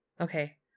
Okay